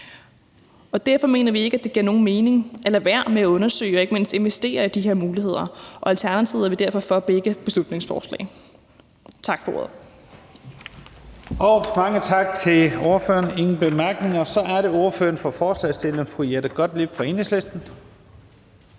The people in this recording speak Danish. Derfor mener vi ikke, at det giver nogen mening at lade være med at undersøge og ikke mindst investere i de her muligheder. I Alternativet er vi derfor for begge beslutningsforslag.